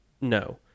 No